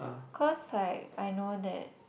cause like I know that